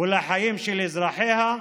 ולחיים של אזרחיה,